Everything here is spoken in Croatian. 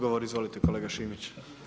Odgovor, izvolite kolega Šimić.